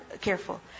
careful